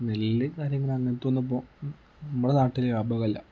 നെല്ല് കാര്യങ്ങൾ അങ്ങനത്തെ ഒന്നും ഇപ്പോൾ നമ്മുടെ നാട്ടിൽ വ്യാപകമല്ല